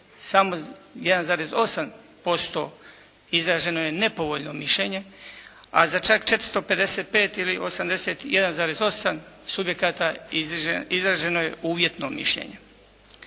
samo 1,8% izraženo je nepovoljno mišljenje a za čak 455 ili 81,8 subjekata izraženo je uvjetno mišljenje.